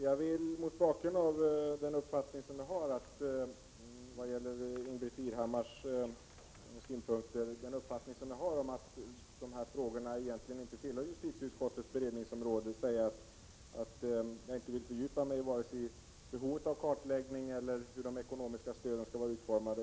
Herr talman! Mot bakgrund av den uppfattning som jag har, nämligen att dessa frågor egentligen inte tillhör justitieutskottets beredningsområde, vill jag i vad gäller Ingbritt Irhammars synpunkter inte fördjupa mig vare sig i behovet av kartläggning eller i hur det ekonomiska stödet skall vara utformat.